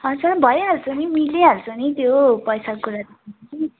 हजुर भइहाल्छ नि मिलिहाल्छ नि त्यो पैसाको कुरा त